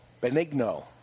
Benigno